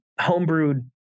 homebrewed